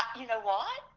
you know what,